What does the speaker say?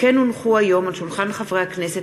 ניצן הורוביץ ועמרם מצנע, הצעת חוק